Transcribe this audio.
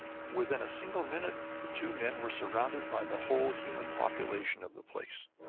within a single minute the two men were surrounded by the whole human population of the place.